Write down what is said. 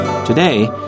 Today